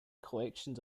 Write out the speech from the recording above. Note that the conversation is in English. collections